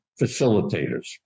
facilitators